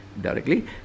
directly